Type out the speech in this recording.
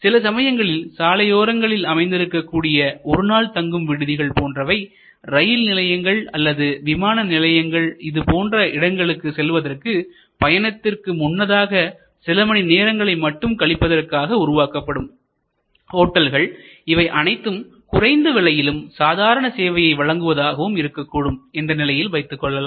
சில சமயங்களில் சாலையோரங்களில் அமைந்திருக்கக் கூடிய ஒருநாள் தங்கும் விடுதிகள் போன்றவை ரயில் நிலையங்கள் அல்லது விமான நிலையங்கள் இதுபோன்ற இடங்களுக்குச் செல்வதற்கு பயணத்திற்கு முன்னதான சிலமணி நேரங்களை மட்டும் கழிப்பதற்காக உருவாக்கப்படும் ஹோட்டல்கள் இவை அனைத்தும் குறைந்த விலையிலும் சாதாரண சேவையை வழங்குவதாகவும் இருக்கக்கூடும் என்று நிலையில் வைத்துக் கொள்ளலாம்